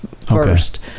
first